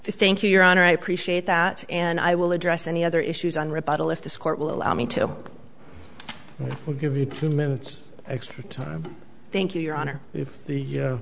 conclude thank you your honor i appreciate that and i will address any other issues on rebuttal if this court will allow me to give you two minutes extra time thank you your honor if the